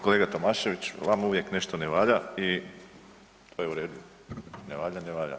Kolega Tomašević vama uvijek nešto ne valja i to je u redu, ne valja, ne valja.